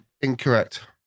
incorrect